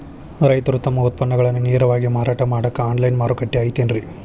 ರೈತರು ತಮ್ಮ ಉತ್ಪನ್ನಗಳನ್ನ ನೇರವಾಗಿ ಮಾರಾಟ ಮಾಡಾಕ ಆನ್ಲೈನ್ ಮಾರುಕಟ್ಟೆ ಐತೇನ್ರಿ?